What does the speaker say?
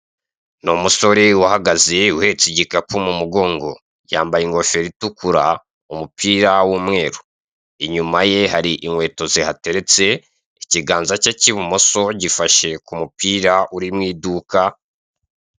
Ni umusore uhagaze uhetse igikapu mu mugongo. Yambaye ingofero itukura umupira w'umweru. Inyuma ye hari inkweto zihateretse ikiganza ke k'ibumoso gifasha ku mupira uri mu iduka.